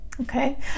Okay